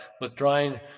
withdrawing